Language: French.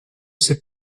ces